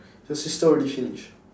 your sister already finish